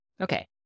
Okay